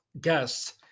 guests